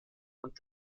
und